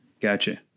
Gotcha